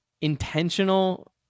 intentional